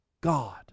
God